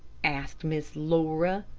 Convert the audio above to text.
asked miss laura.